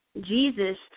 Jesus